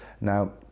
Now